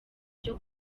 cyo